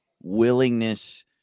willingness